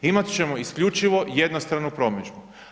Imat ćemo isključivo jednostranu promidžbu.